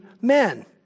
men